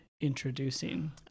introducing